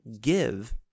give